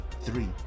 three